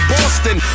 Boston